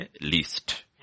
least